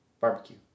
Barbecue